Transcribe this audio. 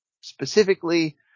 specifically